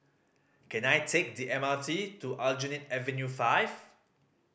can I take the M R T to Aljunied Avenue Five